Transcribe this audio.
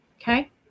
Okay